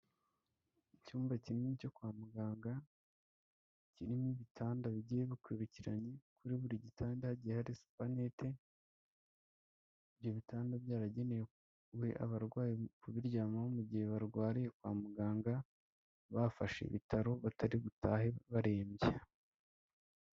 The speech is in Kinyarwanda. Icyumba kimwe cyo kwa muganga, kirimo ibitanda bigiye bikurikiranye, kuri buri gitanda hagiye hari supanete, ibyo bitanda byaragenewe abarwayi kubiryamaho mu gihe barwariye kwa muganga, bafashe ibitaro, batari butahe ,barembye.